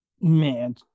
Man